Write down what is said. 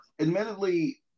Admittedly